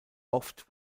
oft